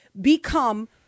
become